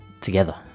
together